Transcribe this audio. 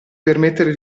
permettere